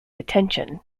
attention